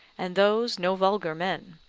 and those no vulgar men.